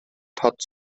тод